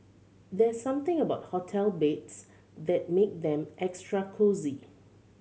there's something about hotel beds that make them extra cosy